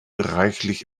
reichlich